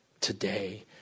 Today